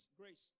grace